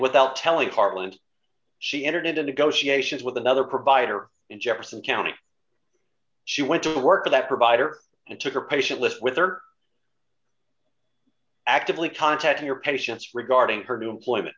parliament she entered into negotiations with another provider in jefferson county she went to work for that provider and took her patient list with her actively contacting your patients regarding her new employment